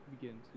begin